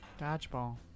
Dodgeball